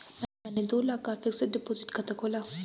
मैंने दो लाख का फ़िक्स्ड डिपॉज़िट खाता खोला